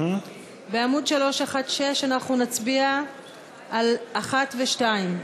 בעמוד 316 אנחנו נצביע על 1 ו-2.